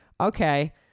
okay